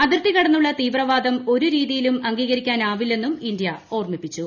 അതിർത്തി കടന്നുള്ള തീവ്രവാദം ഒരു രീതിയിലും അംഗീകരിക്കാനാവില്ലെന്നും ഇന്ത്യ ഓർമിപ്പിച്ചു